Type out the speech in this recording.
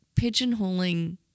pigeonholing